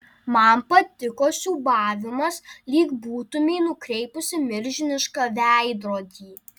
man patiko siūbavimas lyg būtumei nukreipusi milžinišką veidrodį